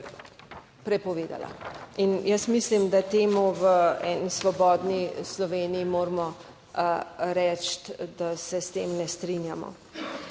prepovedala. In jaz mislim, da temu v svobodni Sloveniji moramo reči, da se s tem ne strinjamo.